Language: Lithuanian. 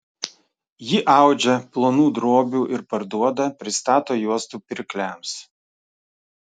ji audžia plonų drobių ir parduoda pristato juostų pirkliams